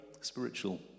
spiritual